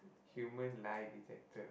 human lie detector